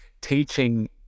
teaching